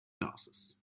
glasses